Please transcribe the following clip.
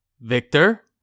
Victor